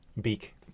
Beak